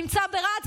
נמצא ברהט,